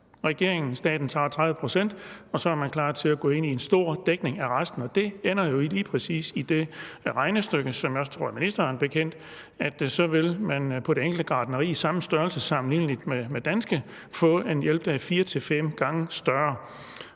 regeringen, staten, tager 30 pct., og at man så er klar til at gå ind i en stor dækning af resten. Og det ender jo lige præcis i det regnestykke, som jeg også tror er ministeren bekendt, altså at man på det enkelte gartneri i samme størrelse og sammenligneligt med et dansk vil få en hjælp, der er fire til fem gange større.